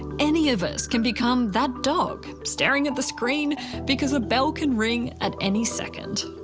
any of us can become that dog. staring at the screen because a bell can ring at any second.